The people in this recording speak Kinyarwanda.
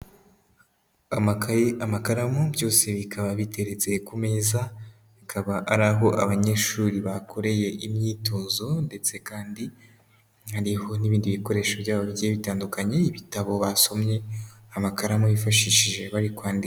Amakaye, amakaramu byose bikaba biteretse ku meza, bikaba ari aho abanyeshuri bakoreye imyitozo ndetse kandi hariho n'ibindi bikoresho byabo bitandukanye, ibitabo basomye, amakaramu bifashishije bari kwandika.